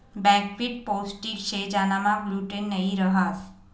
buckwheat पोष्टिक शे ज्यानामा ग्लूटेन नयी रहास